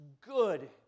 good